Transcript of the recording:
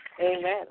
Amen